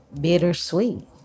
bittersweet